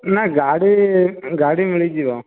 ନାଇ ଗାଡ଼ି ଗାଡ଼ି ମିଳିଯିବ